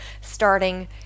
starting